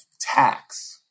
tax